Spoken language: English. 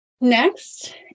Next